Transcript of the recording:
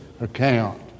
account